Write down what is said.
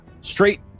straight